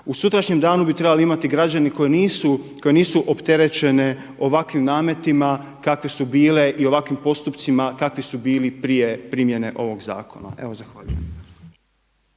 U sutrašnjem danu bi trebali imati građani koji nisu opterećeni ovakvim nametima kakve su bile i ovakvim postupcima kakvi su bili prije primjene ovog zakona. Evo zahvaljujem.